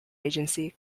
agency